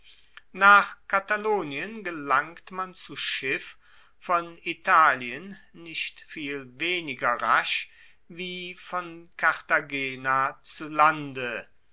nach katalonien gelangt man zu schiff von italien nicht viel weniger rasch wie von cartagena zu lande